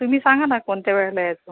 तुम्ही सांगा ना कोणत्या वेळेला यायचं